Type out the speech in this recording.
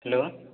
hello